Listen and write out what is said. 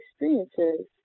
experiences